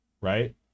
right